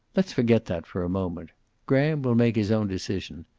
let's forget that for a moment graham will make his own decision.